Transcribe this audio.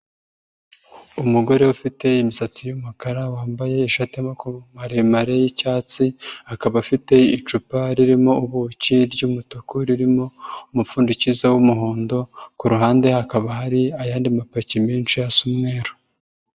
Umugore ufite imisatsi y'umukara wambaye ishati maremare yi'cyatsi, akaba afite icupa ririmo ubuki ry'umutuku ririmo umupfundiki w'umuhondo, ku ruhande hakaba hari ayandi mapaki menshi asa umweru.